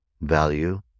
value